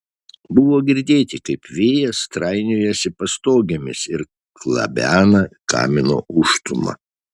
buvo girdėti kaip vėjas trainiojasi pastogėmis ir klabena kamino užstūmą